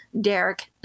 Derek